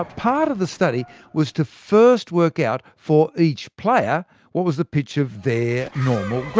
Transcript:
ah part of the study was to first work out for each player what was the pitch of their normal